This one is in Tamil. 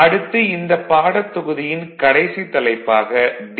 அடுத்து இந்தப் பாடத்தொகுதியின் கடைசி தலைப்பாக டி